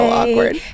awkward